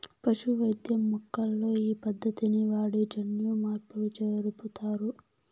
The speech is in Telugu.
పశు వైద్యం మొక్కల్లో ఈ పద్దతిని వాడి జన్యుమార్పులు జరుపుతారు